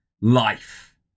life